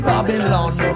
Babylon